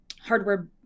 hardware